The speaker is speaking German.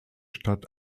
stadt